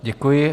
Děkuji.